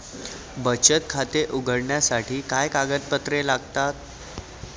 बचत खाते उघडण्यासाठी काय कागदपत्रे लागतात?